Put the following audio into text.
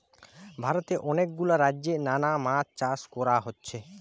ভারতে অনেক গুলা রাজ্যে নানা মাছ চাষ কোরা হচ্ছে